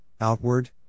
outward